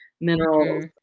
minerals